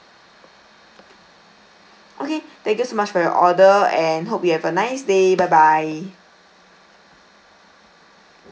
okay thank you so much for your order and hope you have a nice day bye bye